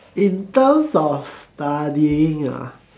in terms of studying ah